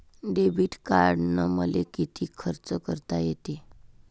Debit कार्डानं मले किती खर्च करता येते?